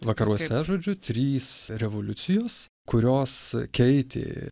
vakaruose žodžiu trys revoliucijos kurios keitė